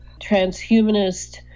transhumanist